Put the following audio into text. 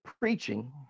preaching